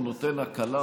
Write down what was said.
הוא נותן הקלה,